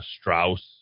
Strauss